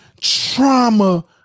trauma